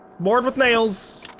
board with nails.